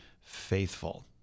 faithful